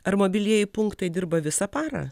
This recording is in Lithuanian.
ar mobilieji punktai dirba visą parą